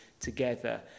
together